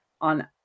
on